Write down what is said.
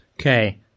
Okay